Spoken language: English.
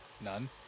None